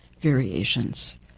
variations